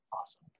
awesome